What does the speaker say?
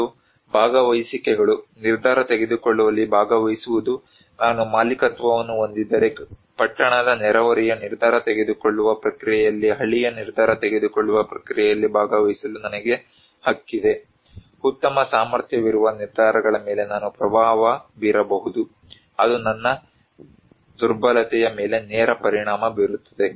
ಮತ್ತು ಭಾಗವಹಿಸುವಿಕೆಗಳು ನಿರ್ಧಾರ ತೆಗೆದುಕೊಳ್ಳುವಲ್ಲಿ ಭಾಗವಹಿಸುವುದು ನಾನು ಮಾಲೀಕತ್ವವನ್ನು ಹೊಂದಿದ್ದರೆ ಪಟ್ಟಣದ ನೆರೆಹೊರೆಯ ನಿರ್ಧಾರ ತೆಗೆದುಕೊಳ್ಳುವ ಪ್ರಕ್ರಿಯೆಯಲ್ಲಿ ಹಳ್ಳಿಯ ನಿರ್ಧಾರ ತೆಗೆದುಕೊಳ್ಳುವ ಪ್ರಕ್ರಿಯೆಯಲ್ಲಿ ಭಾಗವಹಿಸಲು ನನಗೆ ಹಕ್ಕಿದೆ ಉತ್ತಮ ಸಾಮರ್ಥ್ಯವಿರುವ ನಿರ್ಧಾರಗಳ ಮೇಲೆ ನಾನು ಪ್ರಭಾವ ಬೀರಬಹುದು ಅದು ನನ್ನ ದುರ್ಬಲತೆಯ ಮೇಲೆ ನೇರ ಪರಿಣಾಮ ಬೀರುತ್ತದೆ